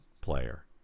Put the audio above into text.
player